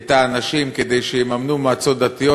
את האנשים כדי שיממנו מועצות דתיות,